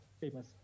famous